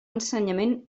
ensenyament